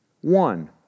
One